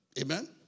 Amen